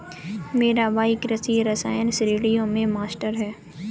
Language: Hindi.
मेरा भाई कृषि रसायन श्रेणियों में मास्टर है